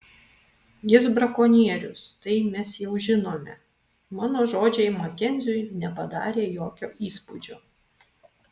jis brakonierius tai mes jau žinome mano žodžiai makenziui nepadarė jokio įspūdžio